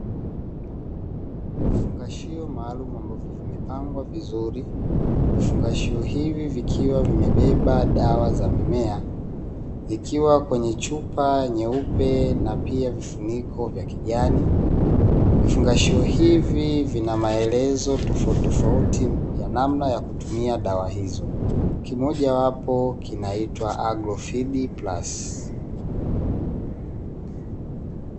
Vifungashio maalum ambavyo vimepangwa vizuri, vifungashio hivi vikiwa vimebeba dawa za mimea, ikiwa kwenye chupa nyeupe na pia vifuniko vya kijani. Vifungashio hivi vina maelezo tofauti tofauti ya namna ya kutumia dawa hizo, kimoja wapo kinaitwa 'agrofeed plus'.